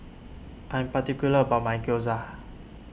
I am particular about my Gyoza